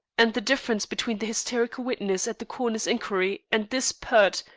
and the difference between the hysterical witness at the coroner's inquiry and this pert,